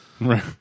Right